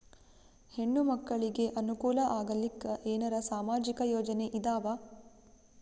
ಹೆಣ್ಣು ಮಕ್ಕಳಿಗೆ ಅನುಕೂಲ ಆಗಲಿಕ್ಕ ಏನರ ಸಾಮಾಜಿಕ ಯೋಜನೆ ಇದಾವ?